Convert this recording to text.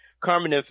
Carmen